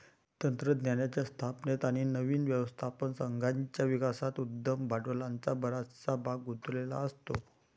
तंत्रज्ञानाच्या स्थापनेत आणि नवीन व्यवस्थापन संघाच्या विकासात उद्यम भांडवलाचा बराचसा भाग गुंतलेला असतो